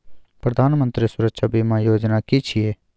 प्रधानमंत्री सुरक्षा बीमा योजना कि छिए?